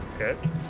Okay